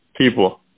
people